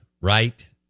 Right